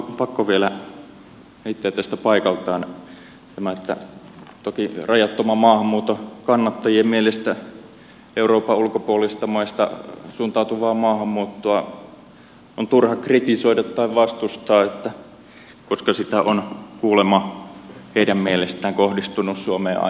pakko vielä heittää tästä paikaltaan tämä että toki rajattoman maahanmuuton kannattajien mielestä euroopan ulkopuolisista maista suuntautuvaa maahanmuuttoa on turha kritisoida tai vastustaa koska sitä on kuulemma heidän mielestään kohdistunut suomeen aina ennenkin